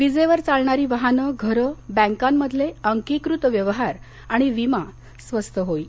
विजेवर चालणारी वाहनं घरं बँकांमधले अंकीकृत व्यवहार आणि विमा स्वस्त होईल